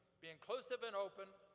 be inclusive and open,